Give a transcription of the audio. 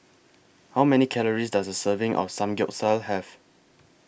How Many Calories Does A Serving of Samgyeopsal Have